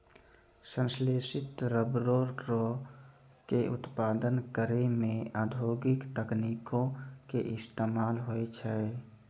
संश्लेषित रबरो के उत्पादन करै मे औद्योगिक तकनीको के इस्तेमाल होय छै